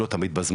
לא תמיד בזמן.